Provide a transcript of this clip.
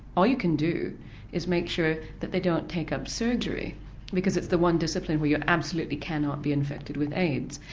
all you can do is make sure that they don't take up surgery because it's the one discipline where you absolutely cannot be infected with aids.